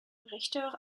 richter